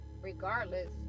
regardless